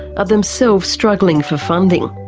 are themselves struggling for funding.